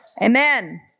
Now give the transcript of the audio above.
Amen